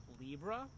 Libra